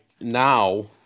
now